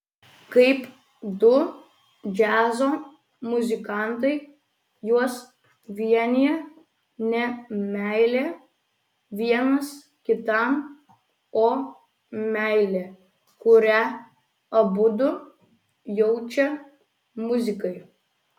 kaip du džiazo muzikantai juos vienija ne meilė vienas kitam o meilė kurią abudu jaučia muzikai